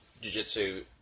jiu-jitsu